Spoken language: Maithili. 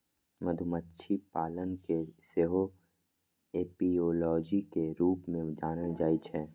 मधुमाछी पालन कें सेहो एपियोलॉजी के रूप मे जानल जाइ छै